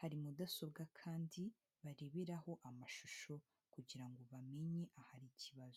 hari mudasobwa kandi bareberaho amashusho kugira ngo bamenye ahari ikibazo.